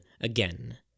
again